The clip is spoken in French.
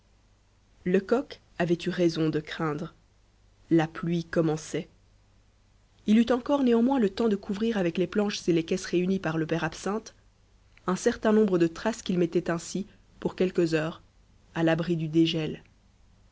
lecoq avait eu raison de craindre la pluie commençait il eut encore néanmoins le temps de couvrir avec les planches et les caisses réunies par le père absinthe un certain nombre de traces qu'il mettait ainsi pour quelques heures à l'abri du dégel